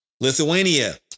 Lithuania